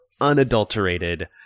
unadulterated